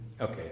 Okay